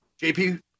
JP